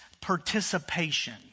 participation